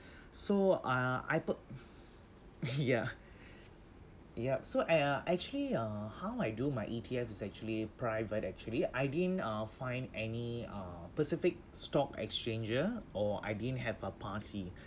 so uh I put~ ya yup so I uh actually uh how I do my E_T_F is actually private actually I didn't uh find any uh pacific stock exchanger or I didn't have a party